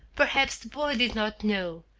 perhaps the boy did not know.